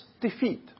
defeat